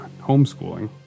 homeschooling